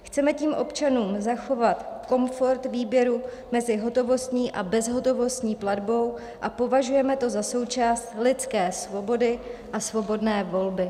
Chceme tím občanům zachovat komfort výběru mezi hotovostní a bezhotovostní platbou a považujeme to za součást lidské svobody a svobodné volby.